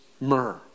myrrh